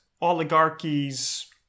oligarchies